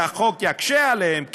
שהחוק יקשה עליהן,